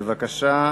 בבקשה.